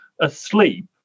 asleep